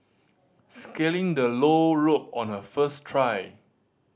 scaling the low rope on her first try